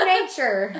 Nature